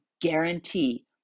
guarantee